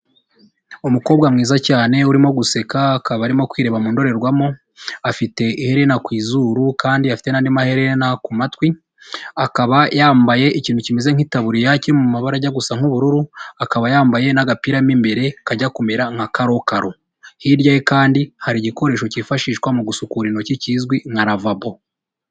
uUmukobwa mwiza cyane urimo guseka akaba arimo kwirebama mu ndorerwamo .Afite iherena ku izuru kandi afite n'andi maherena ku matwi akaba yambaye ikintu kimeze nk'itaburiya kiri mu mabara ajya gusa nk'ubururu, akaba yambaye n'agapiramo imbere kajya kumera nka karokaro. Hirya ye kandi hari igikoresho cyifashishwa mu gusukura intoki kizwi nka lavabo.